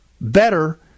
Better